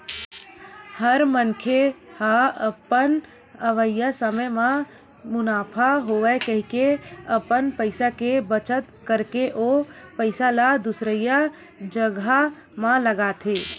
हर मनखे ह अपन अवइया समे म मुनाफा होवय कहिके अपन पइसा के बचत करके ओ पइसा ल दुसरइया जघा म लगाथे